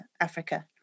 Africa